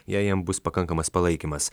jei jam bus pakankamas palaikymas